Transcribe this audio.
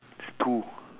it's two